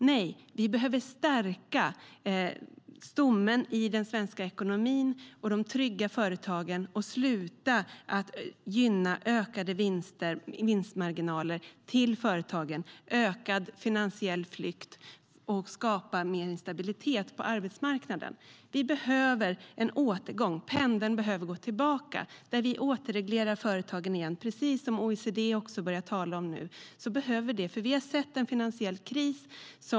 Nej, vi behöver stärka stommen i den svenska ekonomin och de trygga företagen, sluta gynna ökade vinstmarginaler till företagen och ökad finansiell flykt samt skapa stabilitet på arbetsmarknaden. Vi behöver en återgång. Pendeln behöver svänga tillbaka, så att vi återreglerar företagen igen, precis som OECD också börjar tala om nu. Vi har sett en finansiell kris.